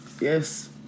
yes